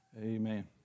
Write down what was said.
Amen